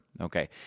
Okay